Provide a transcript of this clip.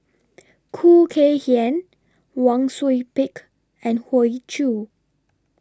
Khoo Kay Hian Wang Sui Pick and Hoey Choo